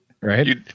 Right